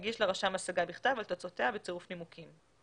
להגיש לרשם השגה בכתב על תוצאותיה בצירוף נימוקים.